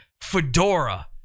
fedora